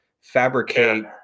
fabricate